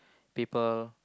people